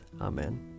Amen